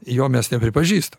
jo mes nepripažįsta